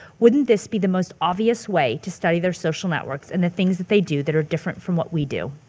wouldn't this be the most obvious way to study their social networks and the things that they do that are different from what we do?